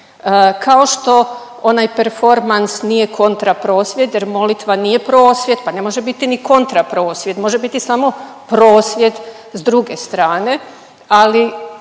kao što onaj performans nije kontra prosvjed jer molitva nije prosvjed, pa ne može biti ni kontra prosvjed, može biti samo prosvjed s druge stane, ali